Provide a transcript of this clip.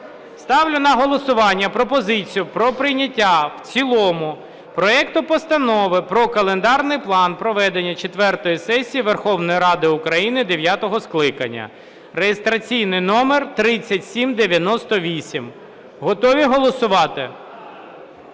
Ставлю на голосування пропозицію про прийняття в цілому проекту Постанови про календарний план проведення четвертої сесії Верховної Ради України дев'ятого скликання (реєстраційний номер 3798). Готові голосувати?